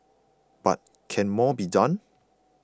but can more be done